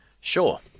Sure